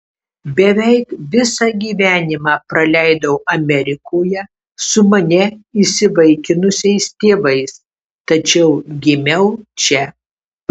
beveik visą gyvenimą praleidau amerikoje su mane įsivaikinusiais tėvais tačiau gimiau čia